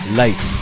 life